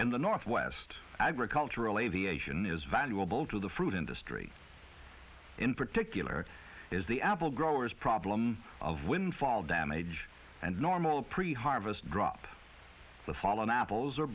in the northwest agricultural aviation is valuable to the fruit industry in particular is the apple growers problem of windfall damage and normal pre harvest drop the fallen apples